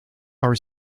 our